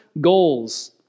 goals